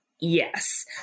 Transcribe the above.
yes